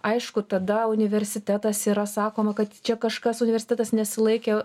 aišku tada universitetas yra sakoma kad čia kažkas universitetas nesilaikė